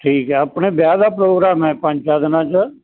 ਠੀਕ ਹੈ ਆਪਣੇ ਵਿਆਹ ਦਾ ਪ੍ਰੋਗਰਾਮ ਹੈ ਪੰਜ ਚਾਰ ਦਿਨਾਂ 'ਚ